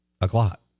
o'clock